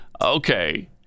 Okay